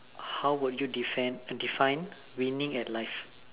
how would you defend uh define winning at life